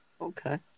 Okay